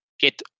get